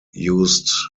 used